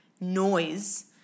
noise